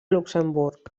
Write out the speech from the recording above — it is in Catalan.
luxemburg